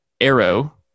arrow